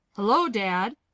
hullo, dad.